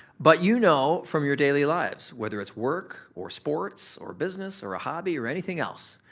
but you know from your daily lives whether it's work or sports or business or a hobby or anything else,